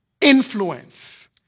influence